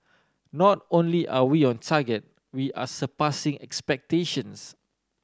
not only are we on target we are surpassing expectations